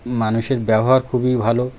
মানুষের ব্যবহার খুবই ভালো